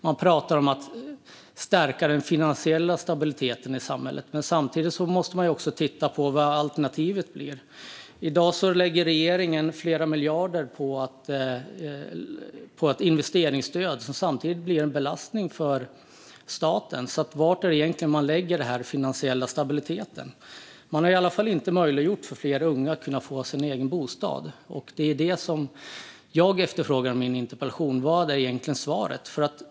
Man pratar om att stärka den finansiella stabiliteten i samhället, men samtidigt måste man också titta på vad alternativet blir. I dag lägger regeringen flera miljarder på ett investeringsstöd som samtidigt blir en belastning för staten. Var är det då man egentligen lägger den finansiella stabiliteten? Man har i alla fall inte möjliggjort för fler unga att få en egen bostad, och det är det jag efterfrågar i min interpellation. Vad är egentligen svaret?